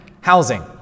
housing